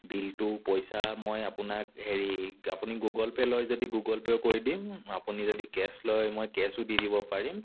বিলটো পইচা মই আপোনাক হেৰি অপুনি গুগল পে' লয় যদি গুগল পে' কৰি দিম আপুনি যদি কেছ লয় মই কেছো দি দিব পাৰিম